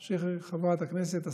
של חברת הכנסת,